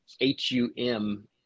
H-U-M